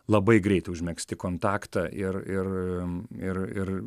labai greitai užmegzti kontaktą ir ir ir ir